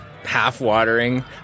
half-watering